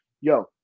yo